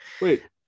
Wait